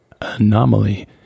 anomaly